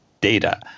data